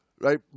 Right